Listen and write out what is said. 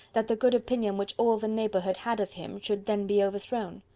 that the good opinion which all the neighbourhood had of him should then be overthrown?